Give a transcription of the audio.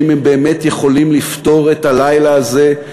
האם הם באמת יכולים לפטור את הלילה הזה,